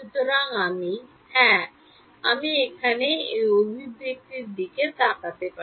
সুতরাং আমি হ্যাঁ আমরা এখানে এই অভিব্যক্তি তাকান করতে পারেন